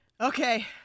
Okay